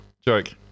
joke